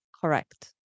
correct